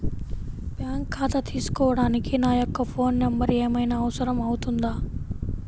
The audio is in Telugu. బ్యాంకు ఖాతా తీసుకోవడానికి నా యొక్క ఫోన్ నెంబర్ ఏమైనా అవసరం అవుతుందా?